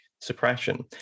suppression